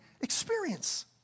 experience